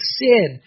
sin